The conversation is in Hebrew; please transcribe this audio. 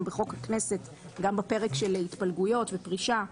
בחוק הכנסת גם בפרק של התפלגויות ופרישה.